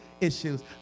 issues